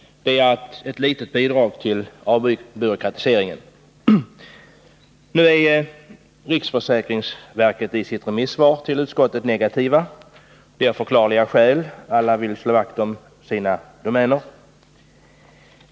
Det är ett litet bidrag till avbyråkratiseringen. Nu är riksförsäkringsverket i sitt remissvar till utskottet negativt till detta, och av förklarliga skäl — alla vill slå vakt om sina domäner.